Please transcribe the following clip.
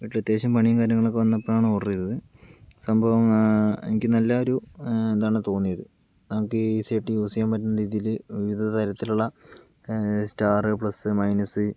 വീട്ടിൽ അത്യാവശ്യം പണിയും കാര്യങ്ങളൊക്കെ വന്നപ്പോഴാണ് ഓർഡർ ചെയ്തത് സംഭവം എനിക്ക് നല്ല ഒരു ഇതാണ് തോന്നിയത് നമുക്ക് ഈസി ആയിട്ട് യൂസ് ചെയ്യാൻ പറ്റുന്ന രീതിയിൽ വിവിധ തരത്തിലുള്ള സ്റ്റാർ പ്ലസ് മൈനസ്